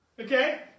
Okay